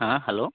হ্যাঁ হ্যালো